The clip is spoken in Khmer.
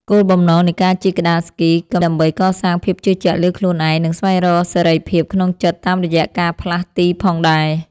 គោលបំណងនៃការជិះក្ដារស្គី ក៏ដើម្បីកសាងភាពជឿជាក់លើខ្លួនឯង និងស្វែងរកសេរីភាពក្នុងចិត្តតាមរយៈការផ្លាស់ទីផងដែរ។